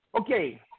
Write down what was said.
Okay